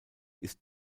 ist